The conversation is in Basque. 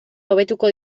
hobetuko